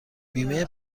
بیمه